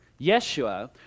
Yeshua